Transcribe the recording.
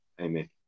Amen